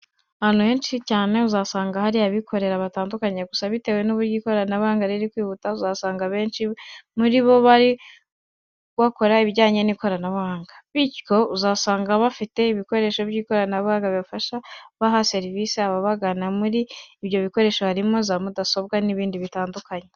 Ahantu henshi cyane uzasanga hari abikorera batandukanye, gusa bitewe n'uburyo ikoranabuhanga riri kwihuta usanga abenshi muri bo bakora ibijyanye n'ikoranabuhanga. Bityo rero uzasanga banafite ibikoresho by'ikoranabuhanga bifashisha baha serivisi ababagana, muri ibyo bikoresho harimo za mudasobwa n'ibindi bitandukanye.